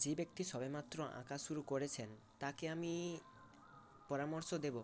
যে ব্যক্তি সবেমাত্র আঁকা শুরু করেছেন তাকে আমি পরামর্শ দেবো